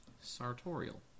sartorial